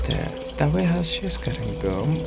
تَوَے حظ چھِ أسۍ کَرٕنۍ کٲم